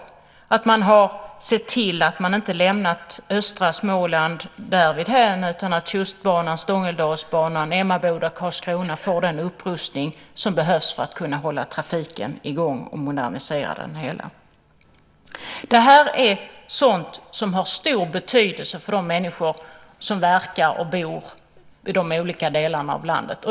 Det är bra att man har sett till att inte lämna östra Småland därhän utan att Stångådalsbanan/Tjustbanan och Emmaboda-Karlskrona får den upprustning som behövs för att man ska kunna hålla trafiken i gång och modernisera den. Det här är sådant som har stor betydelse för de människor som verkar och bor i de olika delarna av landet.